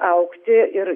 augti ir